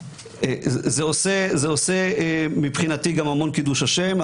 זה עושה מבחינתי גם המון קידוש השם,